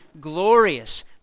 glorious